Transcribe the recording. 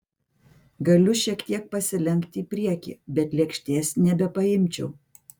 galiu šiek tiek pasilenkti į priekį bet lėkštės nebepaimčiau